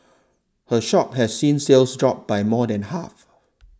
her shop has seen sales drop by more than half